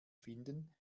finden